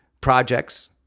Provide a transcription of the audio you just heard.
projects